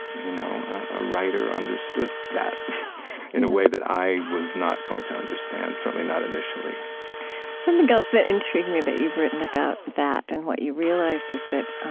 you know a writer understood that in a way that i was not going to understand, certainly not initially something else that intrigued me that you've written about that and what you realized is that